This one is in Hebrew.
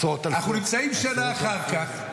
אנחנו נמצאים שנה אחר כך,